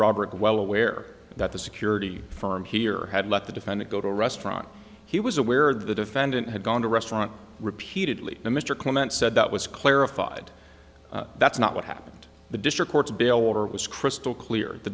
robert well aware that the security firm here had let the defendant go to a restaurant he was aware the defendant had gone to a restaurant repeatedly and mr clement said that was clarified that's not what happened the district court's bail order was crystal clear the